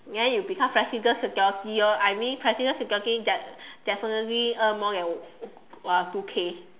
then you become president security orh I mean president security guard definitely earn more than uh two K